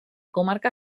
comarca